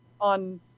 on